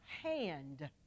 hand